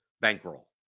bankroll